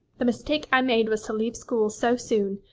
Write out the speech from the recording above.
the mistake i made was to leave school so soon.